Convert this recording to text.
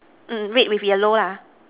mm red with yellow lah